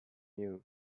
you